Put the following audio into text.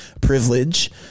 privilege